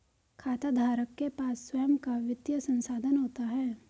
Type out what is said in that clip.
खाताधारक के पास स्वंय का वित्तीय संसाधन होता है